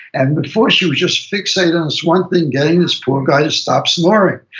and before she was just fixated on this one thing, getting this poor guy to stop snoring,